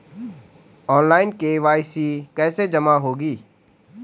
Online KYC कैसे जमा होगी?